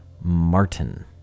Martin